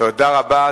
תודה רבה.